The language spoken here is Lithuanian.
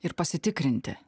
ir pasitikrinti